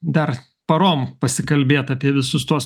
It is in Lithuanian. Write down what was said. dar parom pasikalbėti apie visus tuos